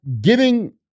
giving